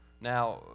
Now